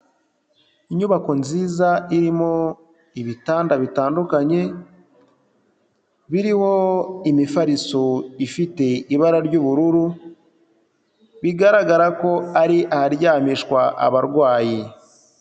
Inyubako nziza irimo ibitanda bitandukanye, biriho imifariso ifite ibara ry'ubururu, bigaragara ko ari aharyamishwa abarwayi.